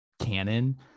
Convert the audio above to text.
canon